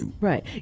Right